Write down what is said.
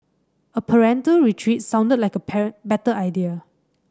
a parental retreat sounded like a better idea